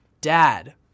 Dad